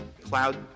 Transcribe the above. Cloud